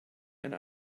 and